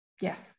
Yes